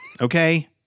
Okay